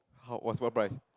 how what small price